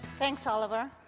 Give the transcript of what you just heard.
thanks oliver!